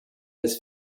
his